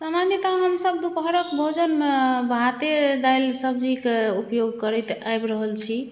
सामान्यतः हम सभ दुपहरक भोजनमे भाते दालि सब्जीके उपयोग करैत आबि रहल छी